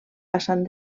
passant